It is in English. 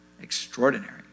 Extraordinary